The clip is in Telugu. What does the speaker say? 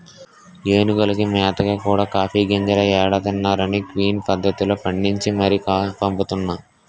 ఏనుగులకి మేతగా కూడా కాఫీ గింజలే ఎడతన్నారనీ క్విన్ పద్దతిలో పండించి మరీ పంపుతున్నా